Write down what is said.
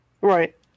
right